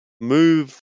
move